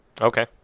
Okay